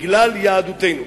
בגלל יהדותנו.